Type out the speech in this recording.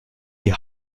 die